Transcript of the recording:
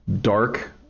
dark